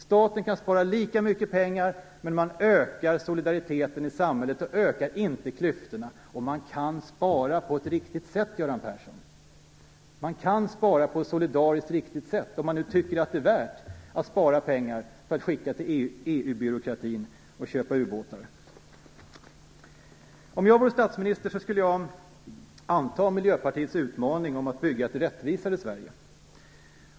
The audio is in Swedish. Staten kan spara lika mycket pengar, men man ökar solidariteten i samhället och ökar inte klyftorna. Man kan spara på ett solidariskt riktigt sätt, Göran Persson, om man nu tycker att det är värt att spara pengar för att skicka till EU-byråkratin och för att köpa ubåtar. Om jag vore statsminister skulle jag anta Miljöpartiets utmaning om att bygga ett rättvisare Sverige.